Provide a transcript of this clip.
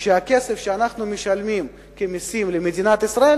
שהכסף שאנחנו משלמים כמסים למדינת ישראל